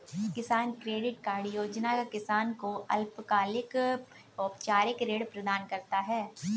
किसान credit card योजना किसान को अल्पकालिक औपचारिक ऋण प्रदान करता है